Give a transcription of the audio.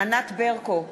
ענת ברקו,